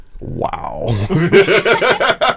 Wow